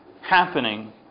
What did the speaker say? happening